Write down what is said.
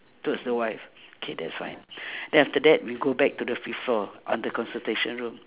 towards the wife okay that's fine then after that we go back to the fifth floor on the consultation room